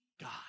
God